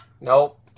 Nope